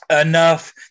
enough